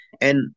And-